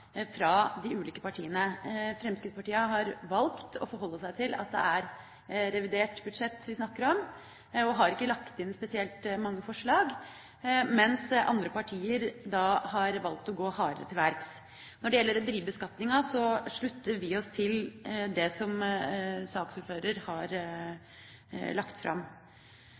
fra de ulike partiene. Fremskrittspartiet har valgt å forholde seg til at det er revidert budsjett vi snakker om, og har ikke lagt inn spesielt mange forslag, mens andre partier har valgt å gå hardere til verks. Når det gjelder rederibeskatninga, slutter vi oss til det som saksordføreren har lagt fram.